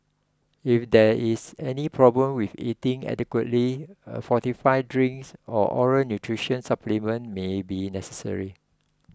if there is any problem with eating adequately a fortified drinks or oral nutrition supplement may be necessary